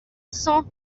cent